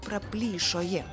praplyšo ji